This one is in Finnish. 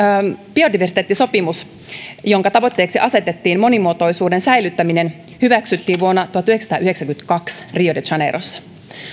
biodiversiteettisopimus jonka tavoitteeksi asetettiin monimuotoisuuden säilyttäminen hyväksyttiin vuonna tuhatyhdeksänsataayhdeksänkymmentäkaksi rio de janeirossa